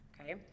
okay